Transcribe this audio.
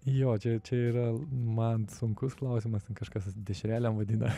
jo čia čia yra man sunkus klausimas ten kažkas dešrelėm vadina